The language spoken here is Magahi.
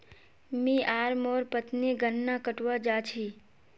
मी आर मोर पत्नी गन्ना कटवा जा छी